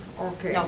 okay. um